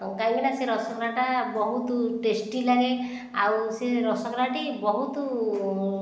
କାହିଁକି ନା ସେ ରସଗୋଲା ଟା ବହୁତ ଟେଷ୍ଟି ଲାଗେ ଆଉ ସେ ରସଗୋଲା ଟି ବହୁତ